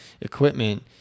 equipment